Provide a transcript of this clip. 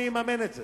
מי יממן את זה,